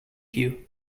you